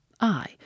I